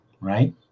Right